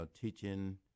teaching